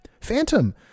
Phantom